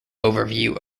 overview